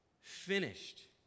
finished